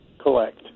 collect